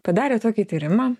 padarė tokį tyrimą